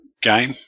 game